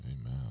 Amen